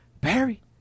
Barry